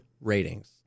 ratings